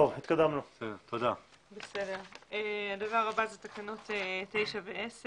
תקנות 9 ו-10.